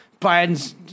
Biden's